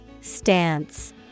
Stance